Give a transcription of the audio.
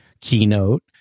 keynote